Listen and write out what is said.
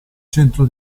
centro